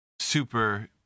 super